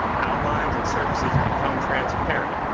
outlines and surfaces become transparent,